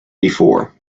before